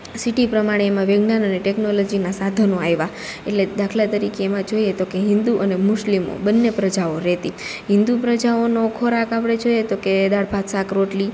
city પ્રમાણે એમાં વિજ્ઞાન અને ટેકનોલોજીના સાધનો આયવા એટલે દાખલા તરીકે એમાં જોઈએ તો કે હિન્દુ અને મુસ્લિમો બંને પ્રજાઓ રેતી હિન્દુ પ્રજાઓનો ખોરાક આપડે જોઈએ તો કે દાળ ભાત સાક રોટલી